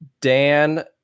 dan